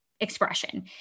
expression